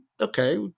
Okay